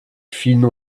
fine